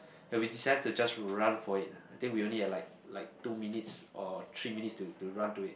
and we decided to just run for it lah I think we only had like like two minutes or three minutes to to run to it